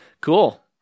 cool